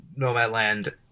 Nomadland